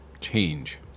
change